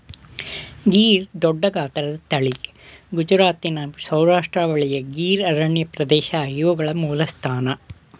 ಗೀರ್ ದೊಡ್ಡಗಾತ್ರದ ತಳಿ ಗುಜರಾತಿನ ಸೌರಾಷ್ಟ್ರ ಬಳಿಯ ಗೀರ್ ಅರಣ್ಯಪ್ರದೇಶ ಇವುಗಳ ಮೂಲಸ್ಥಾನ